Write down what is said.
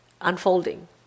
unfolding